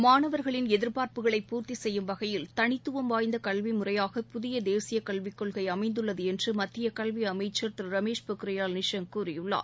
மாணவர்களின் எதிர்பார்ப்புகளை பூர்த்தி செய்யும் வகையில் தனித்துவம் வாய்ந்த கல்வி முறையாக புதிய தேசிய கல்விக் கொள்கை அமைந்துள்ளது என்று மத்திய கல்வி அமைச்சர் திரு ரமேஷ் பொக்ரியால் நிஷாங்க் கூறியுள்ளார்